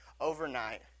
overnight